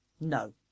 No